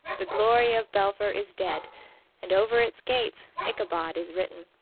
the glory of belpher is dead and over its gates ichabod is written.